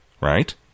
right